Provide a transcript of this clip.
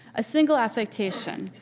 a single affectation.